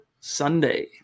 sunday